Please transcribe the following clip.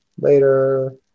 Later